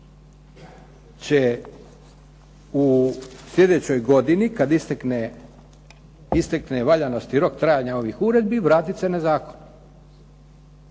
u sljedećoj godini kad istekne valjanost i rok trajanja ovih uredbi vratit se na zakon